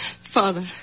Father